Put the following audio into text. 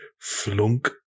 flunk